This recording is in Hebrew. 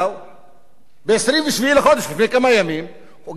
ב-27 בחודש, לפני כמה ימים, גם הוא הגיע לשפרעם,